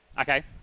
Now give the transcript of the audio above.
Okay